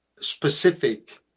specific